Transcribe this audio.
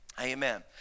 amen